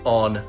on